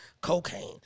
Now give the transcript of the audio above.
cocaine